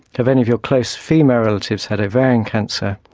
have any of your close female relatives had ovarian cancer?